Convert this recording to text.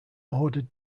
ordered